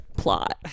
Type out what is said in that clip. plot